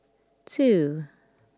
two